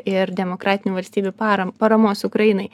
ir demokratinių valstybių para paramos ukrainai